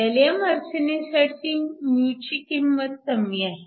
gallium आर्सेनाईडसाठी μ ची किंमत कमी आहे